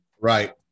Right